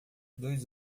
dois